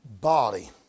body